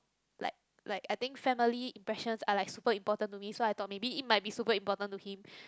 like like I think family impressions are like super important to me so I thought it might be super important to him